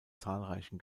zahlreichen